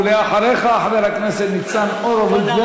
ואחריך, חבר הכנסת ניצן הורוביץ.